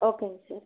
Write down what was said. ஓகேங்க சார்